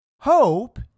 Hope